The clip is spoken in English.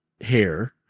hair